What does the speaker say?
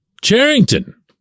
Charrington